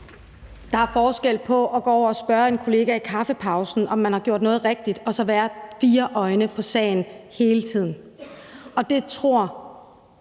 Der er forskel på at gå over og spørge en kollega i kaffepausen, om man har gjort noget rigtigt, og så at være fire øjne på sagen hele tiden. Jeg tror